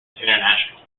international